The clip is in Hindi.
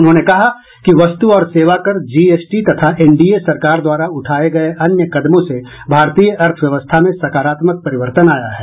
उन्होंने कहा कि वस्तु और सेवा कर जी एस टी तथा एन डी ए सरकार द्वारा उठाए गए अन्य कदमों से भारतीय अर्थव्यवस्था में सकारात्मक परिवर्तन आया है